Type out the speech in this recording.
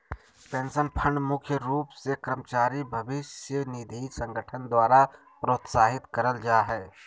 pension fund मुख्य रूप से कर्मचारी भविष्य निधि संगठन द्वारा प्रोत्साहित करल जा हय